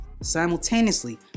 Simultaneously